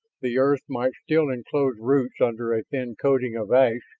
the earth might still enclose roots under a thin coating of ash,